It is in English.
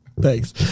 Thanks